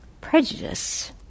prejudice